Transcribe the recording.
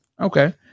okay